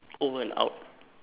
over and out